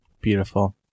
beautiful